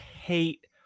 hate